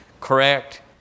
correct